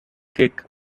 kick